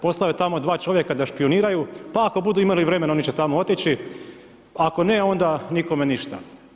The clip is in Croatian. Poslao je tamo 2 čovjeka da špijuniraju, pa ako budu imali vremena oni će tamo otići a ako ne onda nikome ništa.